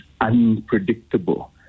unpredictable